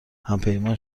همپیمان